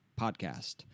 Podcast